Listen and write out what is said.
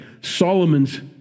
Solomon's